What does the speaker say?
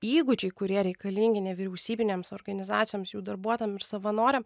įgūdžiai kurie reikalingi nevyriausybinėms organizacijoms jų darbuotojam ir savanoriam